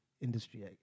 industry